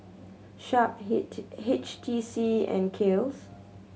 Sharp H T C and Kiehl's